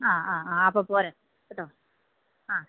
ആ ആ ആ അപ്പോൾ പോര് കേട്ടോ ആ